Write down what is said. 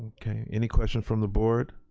okay, any questions from the board?